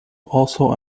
also